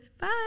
Bye